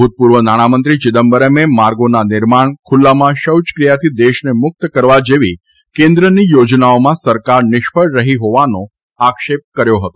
ભુતપૂર્વ નાણામંત્રી ચીદમ્બરમે માર્ગોના નિર્માણ ખુલ્લામાં શૌચક્રિયાથી દેશને મુક્ત કરવા જેવી કેન્દ્રની યોજનાઓમાં સરકાર નિષ્ફળ રહી હોવાનો આક્ષેપ કર્યો હતો